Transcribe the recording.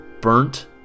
burnt